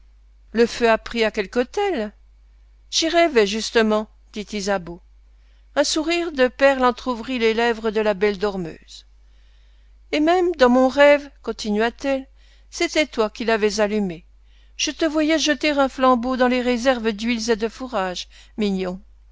le feu a pris à quelque hôtel j'y rêvais justement dit ysabeau un sourire de perles entr'ouvrit les lèvres de la belle dormeuse même dans mon rêve continua-t-elle c'était toi qui l'avais allumé je te voyais jeter un flambeau dans les réserves d'huiles et de fourrages mignon